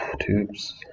tubes